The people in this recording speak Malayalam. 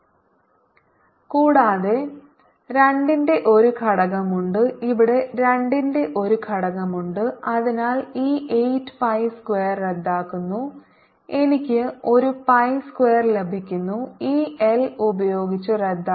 Azza2NIL2×8342L L242z232 2a2NILL242z232 കൂടാതെ 2 ന്റെ ഒരു ഘടകമുണ്ട് ഇവിടെ 2 ന്റെ ഒരു ഘടകമുണ്ട് അതിനാൽ ഈ 8 പൈ സ്ക്വയർ റദ്ദാക്കുന്നു എനിക്ക് ഒരു പൈ സ്ക്വയർ ലഭിക്കുന്നു ഈ എൽ ഉപയോഗിച്ച് റദ്ദാക്കുന്നു